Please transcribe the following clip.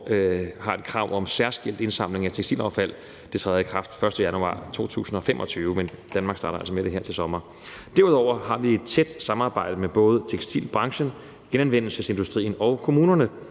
har et krav om særskilt indsamling af tekstilaffald. Det træder i kraft den 1. januar 2025, men Danmark starter altså med det her til sommer. Derudover har vi et tæt samarbejde med både tekstilbranchen, genanvendelsesindustrien og kommunerne,